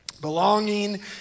Belonging